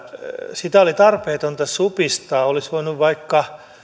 sitä oli tarpeetonta supistaa olisi voinut vaikka